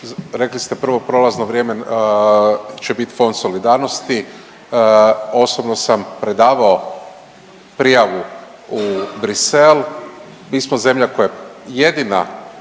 rekli ste prvo prolazno vrijeme će bit Fond solidarnosti. Osobno sam predavao prijavu u Brisel, mi smo zemlja koja je jedina